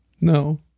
No